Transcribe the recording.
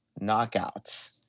knockout